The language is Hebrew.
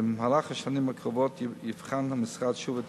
במהלך השנים הקרובות יבחן המשרד שוב את